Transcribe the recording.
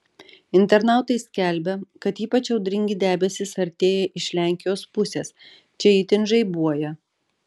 internautai skelbia kad ypač audringi debesys artėja iš lenkijos pusės čia itin žaibuoja